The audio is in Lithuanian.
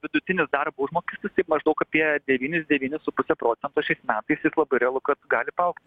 vidutinis darbo užmokestis taip maždaug apie devynis devynis su puse procento šiais metais jis labai realu kad gali paaugti